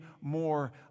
more